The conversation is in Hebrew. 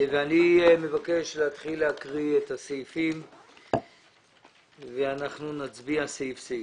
אני מבקש להתחיל להקריא את הסעיפים ואנחנו נצביע על סעיף-סעיף.